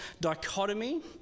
dichotomy